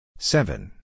Seven